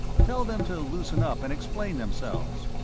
tell them to loosen up and explain themselves.